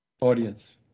audience